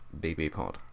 BBpod